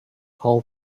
all